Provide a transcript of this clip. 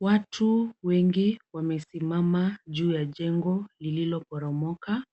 Watu wengi wamesimama juu ya jengo lililoporomoka.